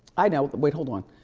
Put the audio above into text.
i know, wait, hold on.